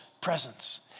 presence